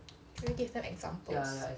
should we give them examples